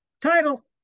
Title